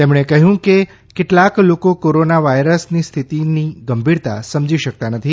તેમણે વધુમાં કહયું છે કે કેટલાક લોકો કોરોના વાયરસની સ્થિતિની ગંભીરતા સમજી શકતા નથી